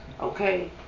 Okay